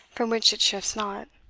from which it shifts not.